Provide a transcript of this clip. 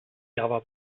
java